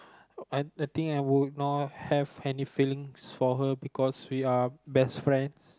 I I think I would not have any feelings for her because we are best friends